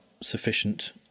sufficient